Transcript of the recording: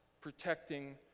protecting